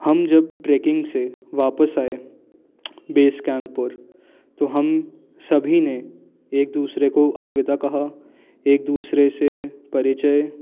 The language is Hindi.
हम जब ट्रेकिंग से वापस आए बेस कैम्प पर तो हम सभी ने एक दूसरे को अलविदा कहा एक दूसरे से परिचय